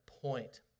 point